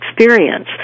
experience